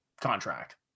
contract